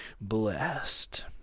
Blessed